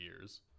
years